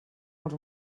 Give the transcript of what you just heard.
els